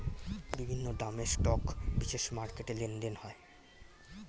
বিভিন্ন দামের স্টক বিশেষ মার্কেটে লেনদেন হয়